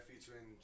featuring